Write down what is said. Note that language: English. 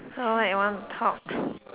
so what you want to talk